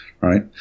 Right